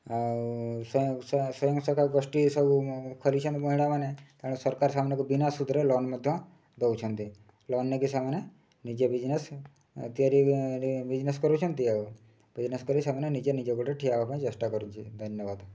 ଆଉ ସ୍ୱୟଂସହାୟକ ଗୋଷ୍ଠୀ ସବୁ ଖୋଲିଛନ୍ତି ମହିଳାମାନେ ତେଣୁ ସରକାର ସେମାନଙ୍କୁ ବିନା ସୁଧରେ ଲୋନ୍ ମଧ୍ୟ ଦେଉଛନ୍ତି ଲୋନ୍ ନେଇକି ସେମାନେ ନିଜେ ବିଜ୍ନେସ୍ ତିଆରି ବିଜ୍ନେସ୍ କରୁଛନ୍ତି ଆଉ ବିଜ୍ନେସ୍ କରି ସେମାନେ ନିଜେ ନିଜେ ଗୋଡ଼ରେ ଠିଆ ହେବା ପାଇଁ ଚେଷ୍ଟା କରୁଛନ୍ତି ଧନ୍ୟବାଦ